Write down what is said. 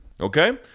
Okay